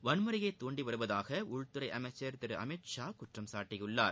வன்முறையைத் துண்டி வருவதாக உள்துறை அமைச்சர் திரு அமித்ஷா குற்றம் சாட்டியுள்ளார்